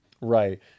right